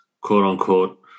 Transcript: quote-unquote